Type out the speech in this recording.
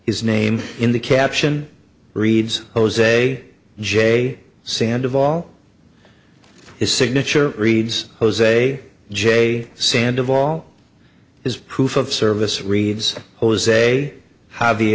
his name in the caption reads jose j sand of all his signature reads jose j sand of all is proof of service reads jose how the